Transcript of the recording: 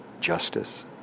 justice